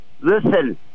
listen